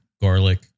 garlic